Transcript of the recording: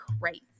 crazy